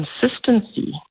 consistency